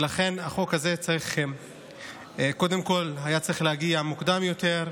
ולכן החוק הזה היה צריך קודם כול להגיע מוקדם יותר,